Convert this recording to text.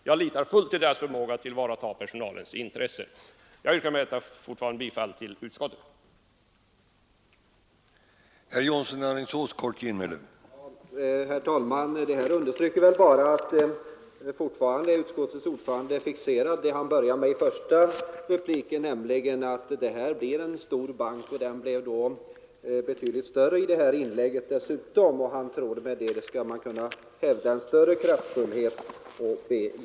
Jag litar fullt på dess förmåga att tillvarata personalens intressen. Jag vidhåller härmed mitt yrkande om bifall till utskottets hemställan.